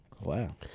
Wow